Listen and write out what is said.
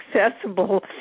accessible